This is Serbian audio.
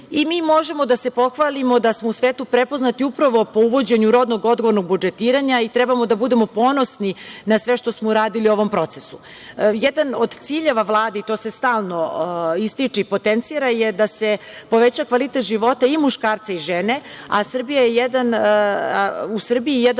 i mi možemo da se pohvalimo da smo u svetu prepoznati upravo po uvođenju rodnog odgovornog budžetiranja i treba da budemo ponosni na sve što smo uradili u ovom procesu. Jedan od ciljeva Vlade i to se stalno ističe i potencira je da se poveća kvalitet života i muškarca i žene, a u Srbiji jedan od